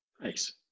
nice